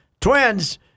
twins